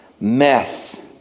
mess